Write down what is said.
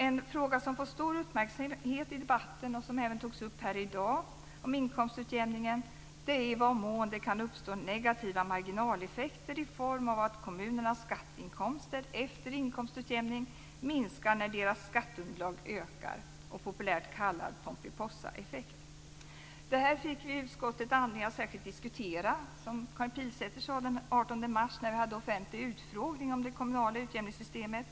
En fråga som fått stor uppmärksamhet i debatten - och som även har tagits upp i dag - om inkomstutjämningen är i vad mån det kan uppstå negativa marginaleffekter i form av att kommunernas skatteinkomster efter inkomstutjämning minskar när deras skatteunderlag ökar - populärt kallad Pomperipossaeffekt. Detta fick vi i utskottet anledning att särskilt diskutera - som Karin Pilsäter sade - när vi den 18 mars hade en offentlig utfrågning om det kommunala utjämningssystemet.